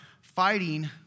fighting